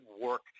work